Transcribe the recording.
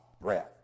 breath